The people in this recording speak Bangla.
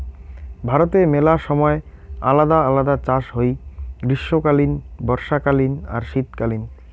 ভারতে মেলা সময় আলদা আলদা চাষ হই গ্রীষ্মকালীন, বর্ষাকালীন আর শীতকালীন